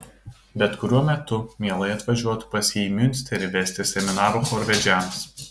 bet kuriuo metu mielai atvažiuotų pas jį į miunsterį vesti seminarų chorvedžiams